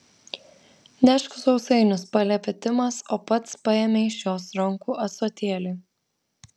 nešk sausainius paliepė timas o pats paėmė iš jos rankų ąsotėlį